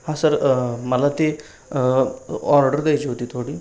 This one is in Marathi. हां सर मला ते ऑर्डर द्यायची होती थोडी